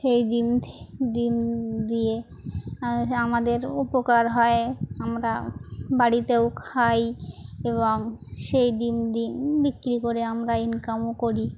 সেই ডিম ডিম দিয়ে হ্যাঁ আমাদের উপকার হয় আমরা বাড়িতেও খাই এবং সেই ডিম দি বিক্রি করে আমরা ইনকামও করি